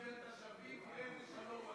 אדוני היושב-ראש, קיבל את השרביט, תראה איזה שלום,